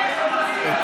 את